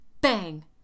Bang